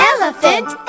Elephant